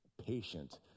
Patient